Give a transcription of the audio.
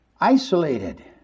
isolated